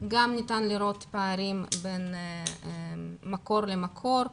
ניתן לראות פערים בין מקור למקור.